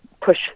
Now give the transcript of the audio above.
push